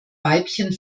weibchen